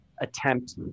attempt